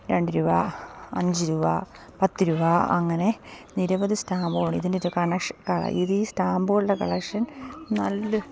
രണ്ട് രൂപ അഞ്ച് രൂപ പത്ത് രൂപ അങ്ങനെ നിരവധി സ്റ്റാമ്പുകൾ ഇതിൻ്റെ ഒരു കണക്ഷ ഇത് ഈ സ്റ്റാമ്പുകളുടെ കളക്ഷൻ നല്ല